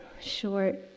short